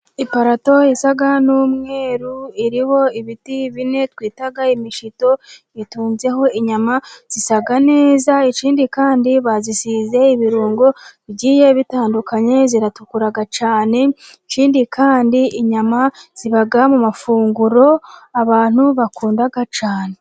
Iparato isa n'umweru iriho ibiti bine twita imishito itunzeho inyama zisa neza ikindi kandi bazisize ibirungo bigiye bitandukanye ziratukura cyane, ikindi kandi inyama ziba mu mafunguro abantu bakunda cyane.